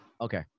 Okay